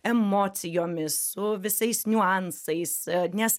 emocijomis su visais niuansais nes